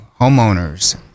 homeowners